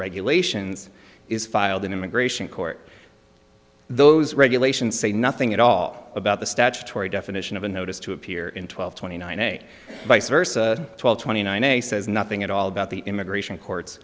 regulations is filed in immigration court those regulations say nothing at all about the statutory definition of a notice to appear in twelve twenty nine eight vice versa twelve twenty nine a says nothing at all about the immigration court